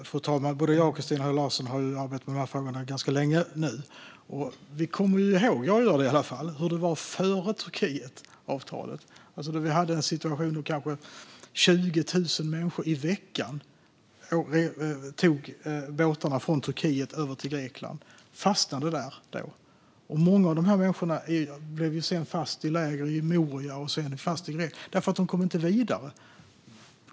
Fru talman! Både jag och Christina Höj Larsen har arbetat med de här frågorna ganska länge nu. Och vi kommer ju ihåg - jag gör det i alla fall - hur det var före Turkietavtalet. Då hade vi en situation där kanske 20 000 människor i veckan tog båtarna från Turkiet över till Grekland och fastnade där. Många av de här människorna blev sedan fast i läger i Moria i Grekland, för de kom inte vidare.